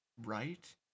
right